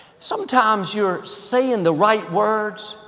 sometimes you're saying the right words,